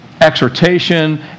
exhortation